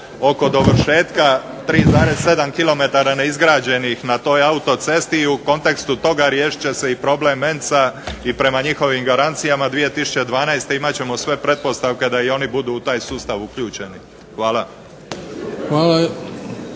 oko dovršetka 3,7 km neizgrađenih na toj autocesti, i u kontekstu toga riješit će se problem ENC-a i prema njihovim garancijama 2012. imat ćemo sve pretpostavke da oni budu u taj sustav uključeni. Hvala.